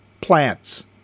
plant's